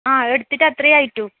ആ എടുത്തിട്ട് അത്രേ ആയിട്ടു